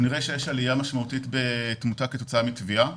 אנחנו נראה שיש עלייה משמעותית בתמותה כתוצאה מטביעה,